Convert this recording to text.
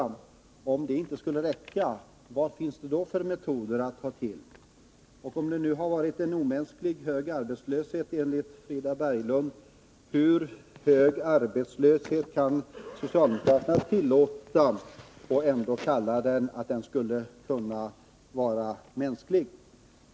Men om det inte skulle räcka, vad finns då för metoder att ta till? Frida Berglund säger att det har varit en omänskligt hög arbetslöshet. Jag vill då fråga: Hur hög arbetslöshet kan socialdemokraterna tillåta och ändå kalla den mänsklig?